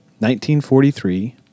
1943